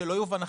שלא יובן אחרת,